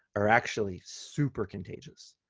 are actually super contagious.